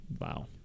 wow